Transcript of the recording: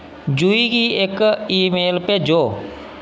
जुही गी इक ईमेल भेजो